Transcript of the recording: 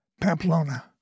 Pamplona